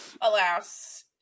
Alas